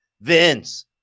vince